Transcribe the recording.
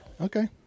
okay